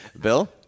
bill